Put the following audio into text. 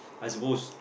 I suppose